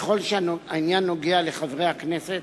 ככל שהעניין נוגע לחברי הכנסת,